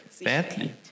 badly